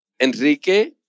Enrique